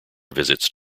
visits